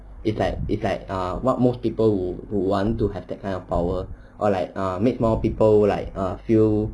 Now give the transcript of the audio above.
it's like it's like err what most people who want to have that kind of power or like err meet more people like uh feel